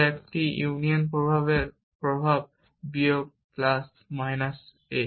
যা একটি ইউনিয়ন প্রভাবের প্রভাব বিয়োগ প্লাস a